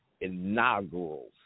inaugural